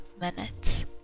minutes